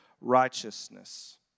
righteousness